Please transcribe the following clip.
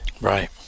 Right